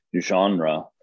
genre